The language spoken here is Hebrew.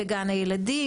בגן הילדים,